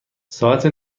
ساعت